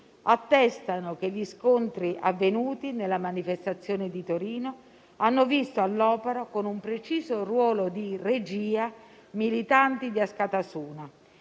attestano che gli scontri avvenuti nella manifestazione di Torino hanno visto all'opera, con un preciso ruolo di regia, militanti di Askatasuna.